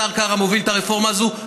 השר קרא מוביל את הרפורמה הזאת.